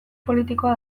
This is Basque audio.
politikoa